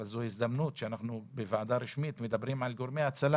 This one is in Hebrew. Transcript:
אבל זו הזדמנות לומר בוועדה רשמית כשאנחנו מדברים על גורמי הצלה